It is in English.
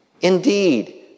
Indeed